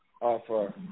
offer